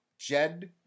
Jed